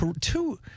two